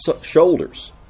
shoulders